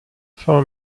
for